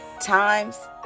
time's